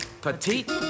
Petite